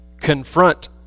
confront